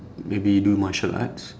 maybe do martial arts